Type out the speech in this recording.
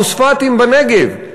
הפוספטים בנגב,